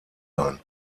sein